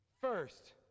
First